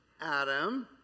Adam